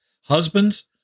Husbands